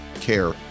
care